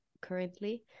currently